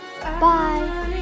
Bye